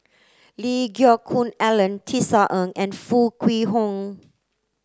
Lee Geck Hoon Ellen Tisa Ng and Foo Kwee Horng